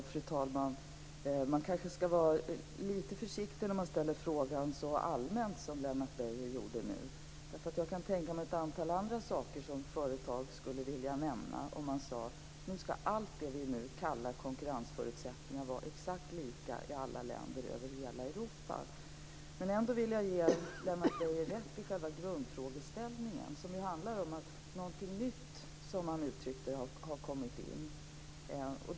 Fru talman! Man kanske skall vara lite försiktig när man ställer frågan så allmänt som Lennart Beijer gjorde nu, därför att jag kan tänka mig ett antal andra saker som företag skulle vilja nämna om man sade: Nu skall allt det vi nu kallar konkurrensförutsättningar vara exakt lika i alla länder över hela Europa. Men jag vill ändå ge Lennart Beijer rätt i själva grundfrågeställningen som ju handlar om att någonting nytt, som han uttryckte det, har kommit in.